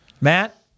Matt